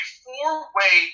four-way